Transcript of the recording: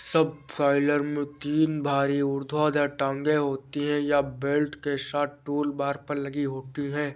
subsoiler में तीन भारी ऊर्ध्वाधर टांगें होती हैं, यह बोल्ट के साथ टूलबार पर लगी होती हैं